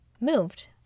moved